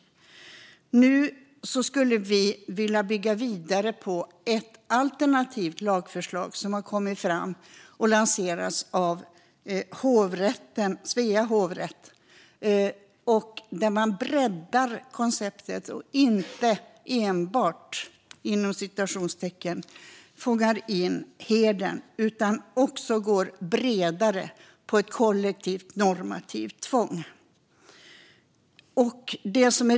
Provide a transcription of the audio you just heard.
Nu skulle vi vilja bygga vidare på ett alternativt lagförslag som har kommit fram och som lanseras av Svea hovrätt. Där breddar man konceptet och fångar inte enbart in hedern utan går också bredare på ett kollektivt normativt tvång.